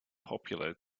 popular